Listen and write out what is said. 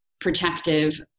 protective